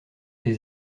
des